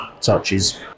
touches